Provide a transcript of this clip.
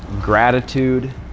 gratitude